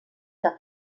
que